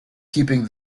keeping